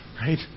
right